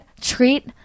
treat